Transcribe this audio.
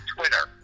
Twitter